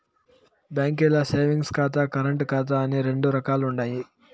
బాంకీల్ల సేవింగ్స్ ఖాతా, కరెంటు ఖాతా అని రెండు రకాలుండాయి